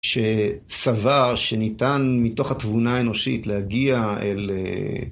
שסבר, שניתן מתוך התבונה האנושית להגיע אל...